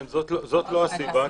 זאת לא הסיבה,